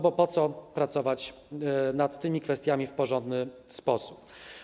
Bo po co pracować nad tymi kwestiami w porządny sposób?